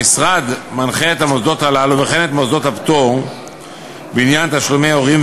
המשרד מנחה את המוסדות הללו וכן את מוסדות הפטור בעניין תשלומי הורים,